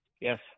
Yes